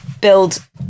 build